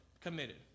committed